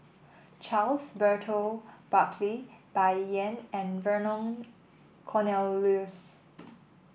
Charles Burton Buckley Bai Yan and Vernon Cornelius